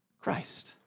Christ